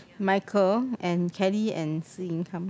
Micheal and Kelly and Shi-Ying come